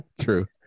True